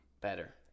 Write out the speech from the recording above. better